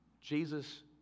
Jesus